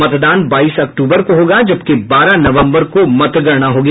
मतदान बाईस अक्टूबर को होगा जबकि बारह नवम्बर को मतगणना होगी